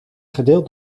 gedeeld